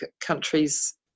countries